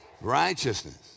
Righteousness